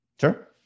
Sure